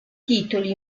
titoli